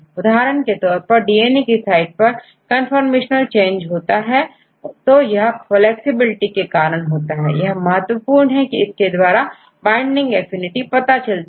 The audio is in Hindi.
उदाहरण के तौर पर डीएनए की साइट पर कन्फॉर्मेशनल चेंज होते हैं तो यह फ्लैक्सिबिलिटी के कारण होगा यह महत्वपूर्ण है इसके द्वारा बाइंडिंग एफिनिटी पता चलती है